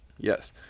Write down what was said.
Yes